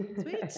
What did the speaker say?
Sweet